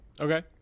Okay